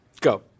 Go